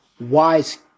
wise